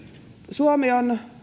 suomi on